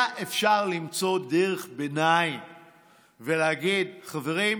היה אפשר למצוא דרך ביניים ולהגיד: חברים,